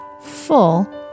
full